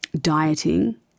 dieting